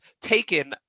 taken